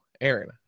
Aaron